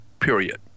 period